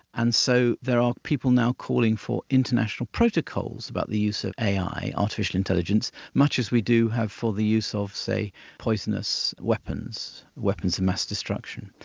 and so there are people now calling for international protocols about the use of ai, artificial intelligence, much as we do have for the use of, say, poisonous weapons, weapons of mass destruction.